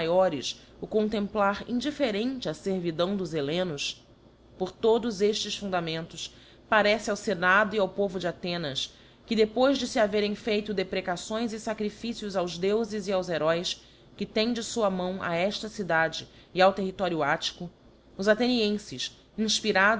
maiores o contemplar indiíterente a lervidão dos hellenos por todos eíles fundamentos parçce ao fenado e ao povo de athenas que depois de ie haverem feito deprecações e facrificios aos deufes e aos heroes que tem de fua mâo a eíla cidade e ao território attico os athenienfes